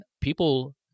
people